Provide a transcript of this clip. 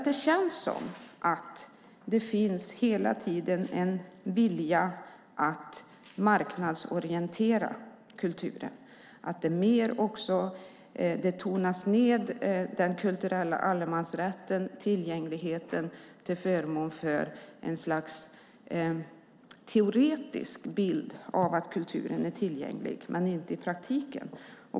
Det känns som att det hela tiden finns en vilja att marknadsorientera kulturen, att den kulturella allemansrätten och tillgängligheten tonas ned till förmån för ett slags teoretisk bild av att kulturen är tillgänglig - men inte i praktiken.